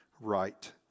right